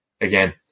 again